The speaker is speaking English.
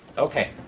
ok.